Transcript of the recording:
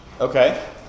Okay